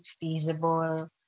feasible